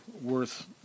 worth